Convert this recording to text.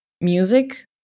music